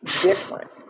different